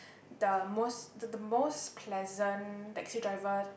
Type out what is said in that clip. the most the the most pleasant taxi driver